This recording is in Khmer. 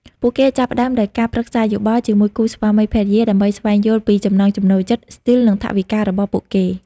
ពួកគេចាប់ផ្តើមដោយការ ប្រឹក្សាយោបល់ ជាមួយគូស្វាមីភរិយា ដើម្បីស្វែងយល់ពីចំណង់ចំណូលចិត្ត ស្ទីល និងថវិការបស់ពួកគេ។